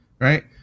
right